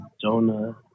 Jonah